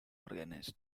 organist